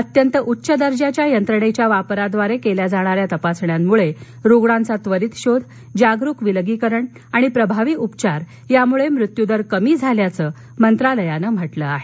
अत्यंत उच्च दर्जाच्या यंत्रणेच्या वापराद्वारे केल्या जाणाऱ्या तपासण्यामुळे रुग्णांचा त्वरित शोध जागरूक विलगीकरण आणि प्रभावी उपचार यामुळे मृत्युदर कमी झाल्याचं मंत्रालयानं म्हटलं आहे